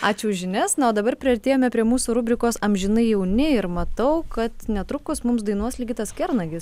ačiū už žinias na o dabar priartėjome prie mūsų rubrikos amžinai jauni ir matau kad netrukus mums dainuos ligitas kernagis